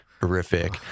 horrific